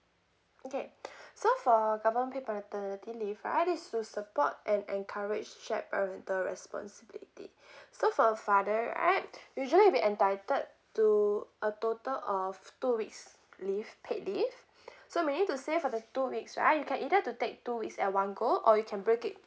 okay so for government paid paternity leave right is to support and encourage shared parental responsibility so for a father right usually will be entitled to a total of two weeks leave paid leave so meaning to say for the two weeks right you can either to take two weeks at one go or you can break it